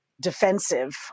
defensive